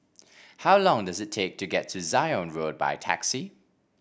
how long does it take to get to Zion Road by taxi